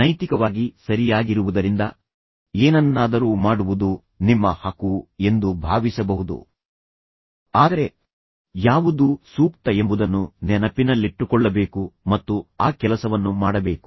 ನೈತಿಕವಾಗಿ ಸರಿಯಾಗಿರುವುದರಿಂದ ಏನನ್ನಾದರೂ ಮಾಡುವುದು ನಿಮ್ಮ ಹಕ್ಕು ಎಂದು ಭಾವಿಸಬಹುದು ಆದರೆ ಯಾವುದು ಸೂಕ್ತ ಎಂಬುದನ್ನು ನೆನಪಿನಲ್ಲಿಟ್ಟುಕೊಳ್ಳಬೇಕು ಮತ್ತು ಆ ಕೆಲಸವನ್ನು ಮಾಡಬೇಕು